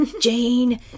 Jane